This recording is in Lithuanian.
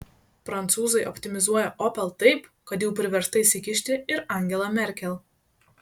prancūzai optimizuoja opel taip kad jau priversta įsikišti ir angela merkel